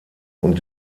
und